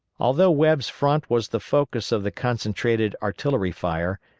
although webb's front was the focus of the concentrated artillery fire,